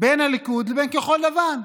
בין הליכוד לבין כחול לבן,